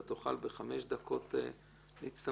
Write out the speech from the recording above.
אתה תוכל בחמש דקות להצטמצם?